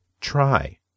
try